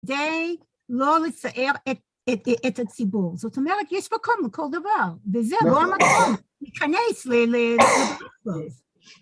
כדי לא לצער את הציבור, זאת אומרת, יש מקום לכל דבר, וזה לא המקום להיכנס לציבור.